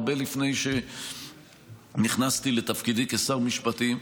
הרבה לפני שנכנסתי לתפקידי כשר משפטים.